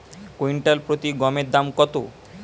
Quintal প্রতি গমের দাম কত?